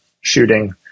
shooting